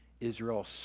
Israel